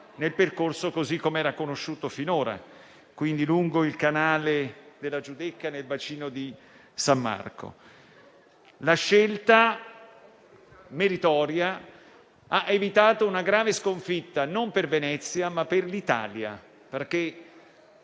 nel percorso così com'era conosciuto finora, quindi lungo il canale della Giudecca e nel bacino di San Marco. Questa scelta meritoria ha evitato una grave sconfitta non per Venezia, ma per l'Italia, perché,